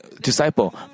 disciple